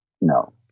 No